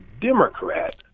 Democrat